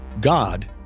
God